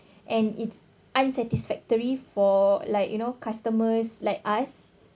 and it's unsatisfactory for like you know customers like us